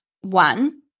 One